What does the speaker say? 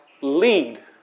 lead